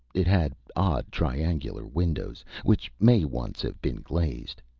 it had odd, triangular windows, which may once have been glazed.